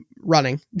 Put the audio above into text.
running